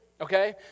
okay